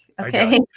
Okay